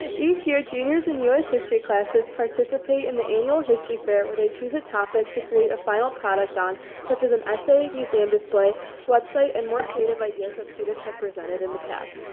each year juniors in us history classes participate in the annual history fair, where they choose a topic to create a final product on such as an essay, museum display website and more creative ideas that students have presented in the past.